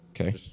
okay